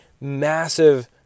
massive